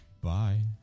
Bye